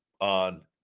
on